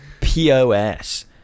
POS